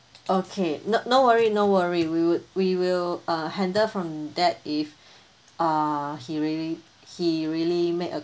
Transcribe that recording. okay no no worry no worry we would we will uh handle from that if uh he really he really made a